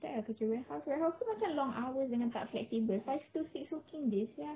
baik ah kerja warehouse warehouse tu macam long hours dengan tak flexible five to six working days sia